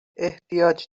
احتیاج